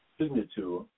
signature